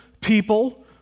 people